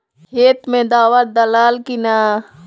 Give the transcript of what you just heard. खेत मे दावा दालाल कि न?